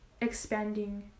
expanding